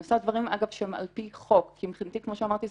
אני עושה דברים אגב שהם על פי חוק כי מבחינתי כמו שאמרתי,